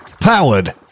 powered